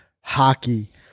hockey